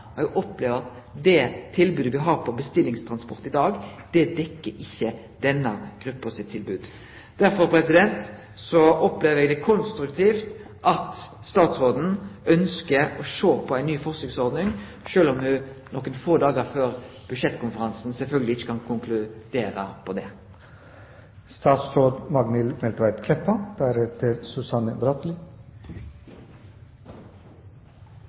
liv. Eg meiner at det er for store variasjonar, og eg opplever at det tilbodet me har på bestillingstransport i dag, ikkje dekkjer tilbodet til denne gruppa. Derfor opplever eg det som konstruktivt at statsråden ønskjer å sjå på ei ny forsøksordning, sjølv om ho nokre få dagar før budsjettkonferansen sjølvsagt ikkje kan konkludere på det.